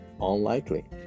Unlikely